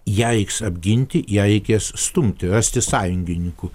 ją reiks apginti ją reikės stumti rasti sąjungininkų